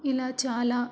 ఇలా చాలా